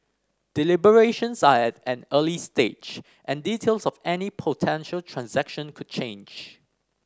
deliberations are at an early stage and details of any potential transaction could change